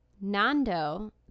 Nando